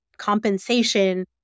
compensation